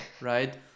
right